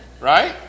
Right